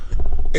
זה.